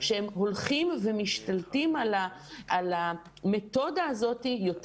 שהם הולכים ומשתלטים על המתודה הזאת יותר.